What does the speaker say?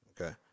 okay